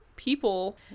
people